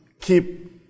keep